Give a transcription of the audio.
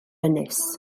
ynys